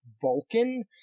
vulcan